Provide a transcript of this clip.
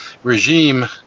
Regime